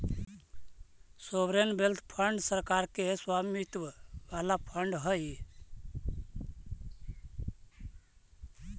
sovereign wealth fund सरकार के स्वामित्व वाला फंड हई